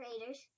Raiders